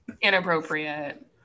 inappropriate